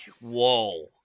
Whoa